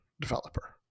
developer